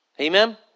Amen